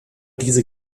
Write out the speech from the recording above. diese